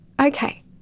Okay